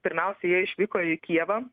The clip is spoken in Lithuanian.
pirmiausiai jie išvyko į kijevą